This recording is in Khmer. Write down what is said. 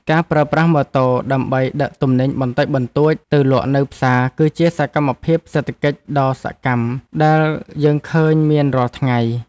ការប្រើប្រាស់ម៉ូតូដើម្បីដឹកទំនិញបន្តិចបន្តួចទៅលក់នៅផ្សារគឺជាសកម្មភាពសេដ្ឋកិច្ចដ៏សកម្មដែលយើងឃើញមានរាល់ថ្ងៃ។